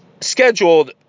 scheduled